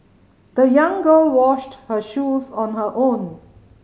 the young girl washed her shoes on her own